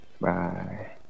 bye